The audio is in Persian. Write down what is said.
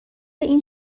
این